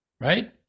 right